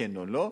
כן או לא.